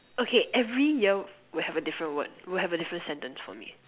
okay every year will have a different word will have a different sentence for me